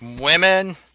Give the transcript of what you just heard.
Women